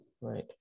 right